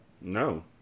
No